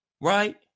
Right